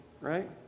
right